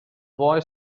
boy